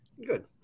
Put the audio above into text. Good